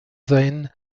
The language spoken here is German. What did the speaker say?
sein